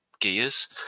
gears